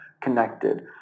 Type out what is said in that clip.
connected